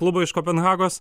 klubo iš kopenhagos